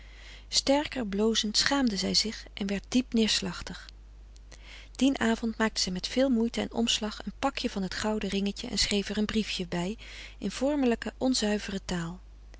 sterker blozend schaamde zij zich en werd diep neerslachtig dien avond maakte zij met veel moeite en omslag een pakje van het gouden ringetje en schreef er een briefje bij in vormelijke onzuivere taal